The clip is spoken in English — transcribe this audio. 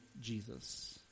jesus